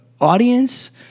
audience